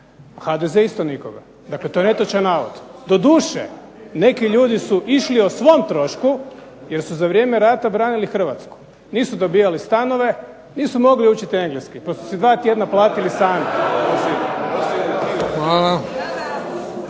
HDZ isto nikoga. Dakle to je netočan navod. Doduše, neki ljudi su išli o svom trošku, jer su za vrijeme rata branili Hrvatsku. Nisu dobivali stanove, nisu mogli učit engleski, pa su si dva tjedna platili sami.